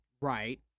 right